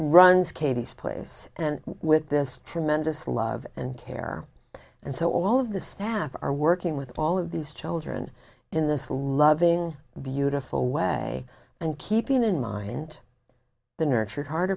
runs katie's place and with this tremendous love and care and so all of the staff are working with all of these children in this loving beautiful way and keeping in mind the nurtured har